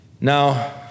Now